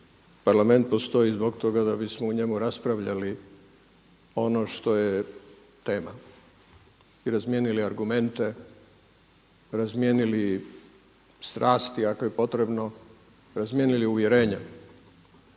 Parlament postoji zbog toga da bismo u njemu raspravljali ono što je tema i razmijenili argumente, razmijenili strasti ako je potrebno, razmijenili uvjerenja